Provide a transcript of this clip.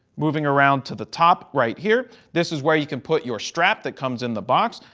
moving around to the top right here, this is where you can put your strap that comes in the box.